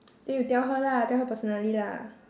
then you tell her lah tell her personally lah